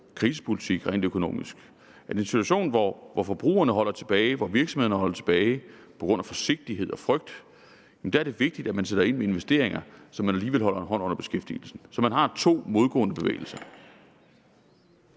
krisepolitik. I en situation, hvor forbrugerne holder tilbage, hvor virksomhederne holder tilbage på grund af forsigtighed og frygt, er det vigtigt, at man sætter ind med investeringer, så man alligevel holder en hånd under beskæftigelsen, altså så man har to modgående bevægelser.